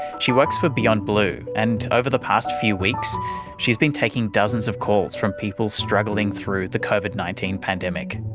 she works for beyond blue, and over the past few weeks she has been taking dozens of calls from people struggling through the covid nineteen pandemic.